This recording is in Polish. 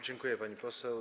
Dziękuję, pani poseł.